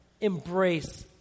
embrace